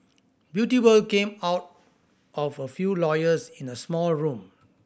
Beauty World came out of a few lawyers in a small room